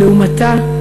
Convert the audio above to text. לעומתה,